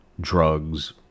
drugs